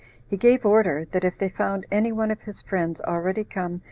he gave order, that if they found any one of his friends already come,